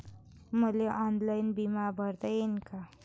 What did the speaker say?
मले ऑनलाईन बिमा भरता येईन का?